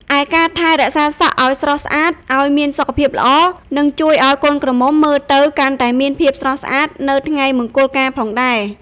ឯការថែរក្សាសក់អោយស្រស់ស្អាតអោយមានសុខភាពល្អ នឹងជួយឱ្យកូនក្រមុំមើលទៅកាន់តែមានភាពស្រស់ស្អាតនៅថ្ងៃមង្គលការផងដែរ ។